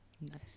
Nice